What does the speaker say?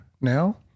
now